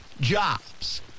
jobs